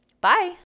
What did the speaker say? Bye